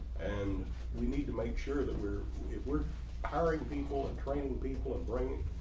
and we need to make sure that we're if we're hiring people and training people and bringing,